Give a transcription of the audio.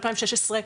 בשנת 2016,